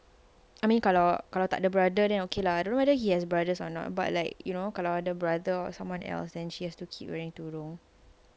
I mean brother then okay lah I don't know whether he has brothers or not but like you know brother or someone else then she has to keep wearing tudung